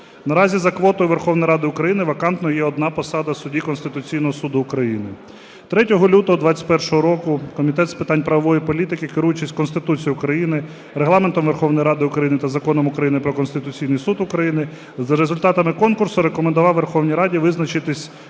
Наразі за квотою Верховної Ради України вакантною є одна посада судді Конституційного Суду України. Третього лютого 2021 року Комітет з питань правової політики, керуючись Конституцією України, Регламентом Верховної Ради України та Законом України "Про Конституційний Суд України" за результатами конкурсу рекомендував Верховній Раді визначитися